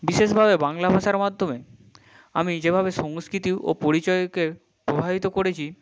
বিশেষভাবে বাংলা ভাষার মাদ্যমে আমি যেভাবে সংস্কৃতি ও পরিচয়কে প্রভাবিত করেছি